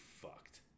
fucked